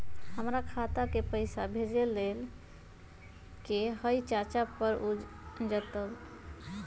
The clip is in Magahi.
हमरा खाता के पईसा भेजेए के हई चाचा पर ऊ जाएत?